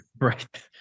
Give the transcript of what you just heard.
Right